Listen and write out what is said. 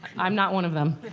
i'm not one of them.